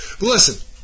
Listen